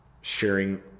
sharing